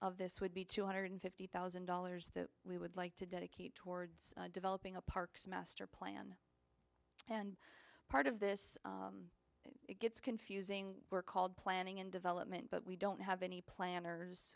of this would be two hundred fifty thousand dollars that we would like to dedicate towards developing a park's master plan and part of this it gets confusing we're called planning and development but we don't have any planners